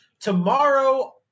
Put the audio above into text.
tomorrow